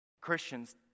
Christians